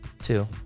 two